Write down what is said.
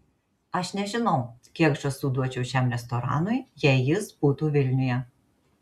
aš nežinau kiek žąsų duočiau šiam restoranui jei jis būtų vilniuje